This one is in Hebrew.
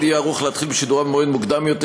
יהיה ערוך להתחיל בשידוריו במועד מוקדם יותר,